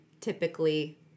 typically